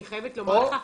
אני חייבת לומר לך,